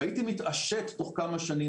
והייתי מתעשת תוך כמה שנים,